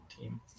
team